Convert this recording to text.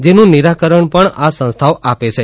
જેનું નિરાકરણ પણ આ સંસ્થાઓ આપે છે